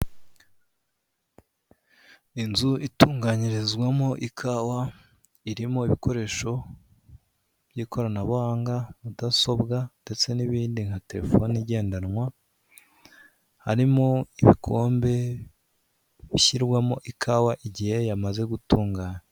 Inzu itunganyirizwamo ikawa irimo ibikoresho by'ikoranabuhanga, mudasobwa, ndetse n'ibindi nka telefoni igendanwa, harimo ibikombe bishyirwamo ikawa igihe yamaze gutunganywa.